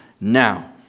now